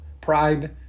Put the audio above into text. Pride